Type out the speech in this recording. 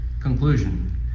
conclusion